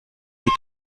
geht